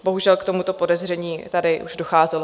Bohužel k tomuto podezření už tady docházelo.